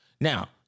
Now